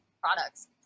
products